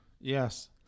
Yes